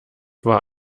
war